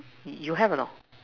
you have a not